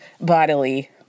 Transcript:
bodily